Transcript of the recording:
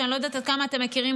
שאני לא יודעת עד כמה אתם מכירים,